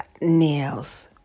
nails